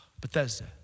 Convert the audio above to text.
Bethesda